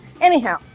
Anyhow